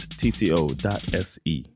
tco.se